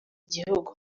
igihugu